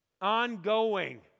Ongoing